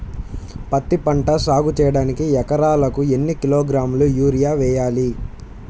పత్తిపంట సాగు చేయడానికి ఎకరాలకు ఎన్ని కిలోగ్రాముల యూరియా వేయాలి?